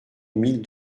mille